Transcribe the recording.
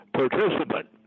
participant